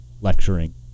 lecturing